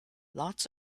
lots